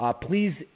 Please